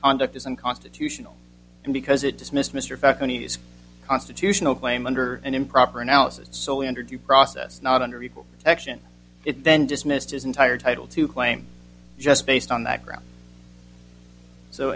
conduct is unconstitutional because it dismissed mr fact counties constitutional claim under an improper analysis so under due process not under equal protection it then dismissed his entire title to claim just based on that ground so